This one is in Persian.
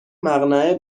مقنعه